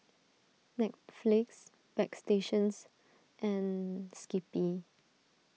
Netflix Bagstationz and Skippy